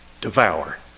Devour